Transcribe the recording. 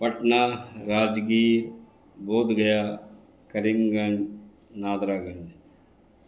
Patna Rajgir Bodh Gaya Karimganj NADRA Ganj